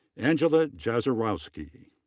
angela jaszarowski.